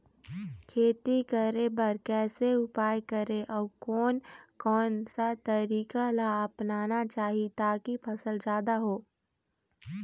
खेती करें बर कैसे उपाय करें अउ कोन कौन सा तरीका ला अपनाना चाही ताकि फसल जादा हो?